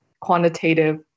quantitative